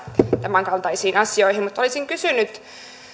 tämänkaltaisiin asioihin mutta olisin kysynyt